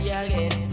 again